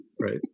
right